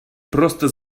просто